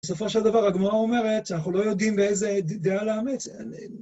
בסופו של דבר, הגמרה אומרת שאנחנו לא יודעים לאיזה דעה לאמץ.